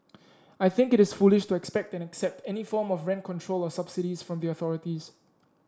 I think it is foolish to expect and accept any form of rent control or subsidies from the authorities